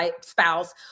spouse